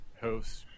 host